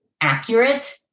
accurate